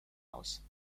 aus